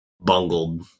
bungled